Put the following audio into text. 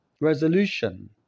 Resolution